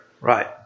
Right